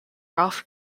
ralph